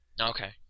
Okay